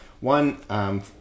one